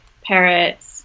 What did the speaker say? parrots